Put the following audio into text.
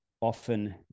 often